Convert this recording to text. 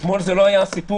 אתמול זה לא היה הסיפור,